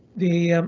the